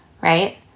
right